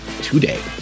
today